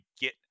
get